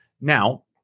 Now